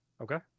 Okay